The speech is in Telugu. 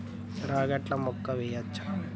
రాగట్ల మక్కా వెయ్యచ్చా?